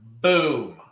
Boom